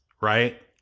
right